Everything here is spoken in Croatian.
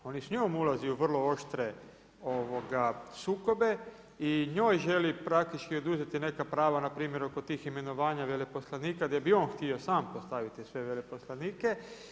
On i s njom ulazi u vrlo oštre sukobe i njoj želi praktički oduzeti neka prava, na primjer oko tih imenovanja veleposlanika gdje bi on sam htio postaviti sve veleposlanike.